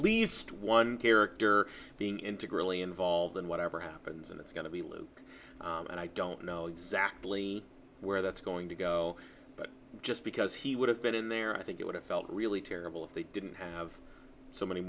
least one character being into girlie involved in whatever happens and it's going to be luke and i don't know exactly where that's going to go but just because he would have been there i think it would have felt really terrible if they didn't have so many